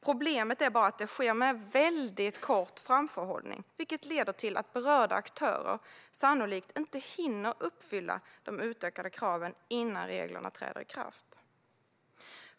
Problemet är bara att det sker med väldigt kort framförhållning, vilket sannolikt kommer att leda till att berörda aktörer inte kommer att hinna uppfylla de utökade kraven innan reglerna träder i kraft.